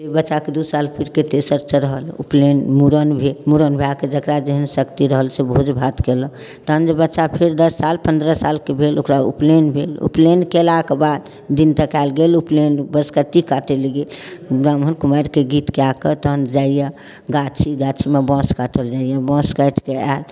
बच्चाके दू साल पूरि कऽ तेसर चढ़ल उपनयन मुड़न भेल मुड़न भए कऽ जकरा जेहन शक्ति रहल से भोज भात केलक तहन जे बच्चा फेर दस साल पन्द्रह सालके भेल ओकरा उपनयन भेल उपनयन केला के बाद दिन तकायल गेल उपनयन बसकट्टी काटै ले गेल ब्राह्मण कुमारि के गीत कए कऽ तहन जाइया गाछी गाछी मे बाँस काटल जाइया बाँस काटि कऽ आयल